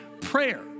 prayer